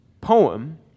poem